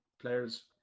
players